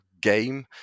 game